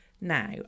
Now